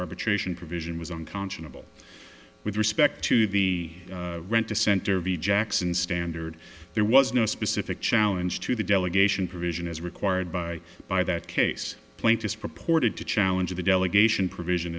arbitration provision was unconscionable with respect to the rent a center v jackson standard there was no specific challenge to the delegation provision as required by by that case plaintiff's purported to challenge the delegation pr